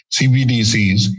CBDCs